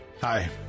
hi